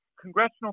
congressional